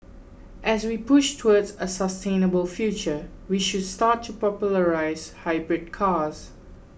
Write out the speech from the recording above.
as we push towards a sustainable future we should start to popularise hybrid cars